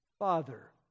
Father